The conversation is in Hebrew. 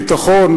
ביטחון,